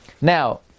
Now